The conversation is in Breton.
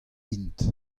int